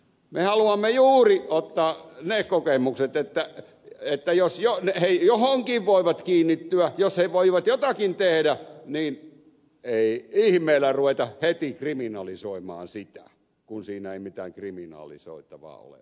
me haluamme juuri ottaa ne kokemukset että jos he johonkin voivat kiinnittyä jos he voivat jotakin tehdä niin ei ihmeellä ruveta heti kriminalisoimaan sitä kun siinä ei mitään kriminalisoitavaa ole olemassa